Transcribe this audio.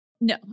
No